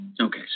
Okay